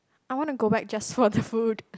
I want to go back just for the food